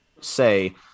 say